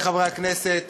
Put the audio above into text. חברי חברי הכנסת,